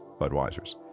Budweisers